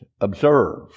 observe